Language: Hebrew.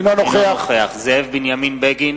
אינו נוכח זאב בנימין בגין,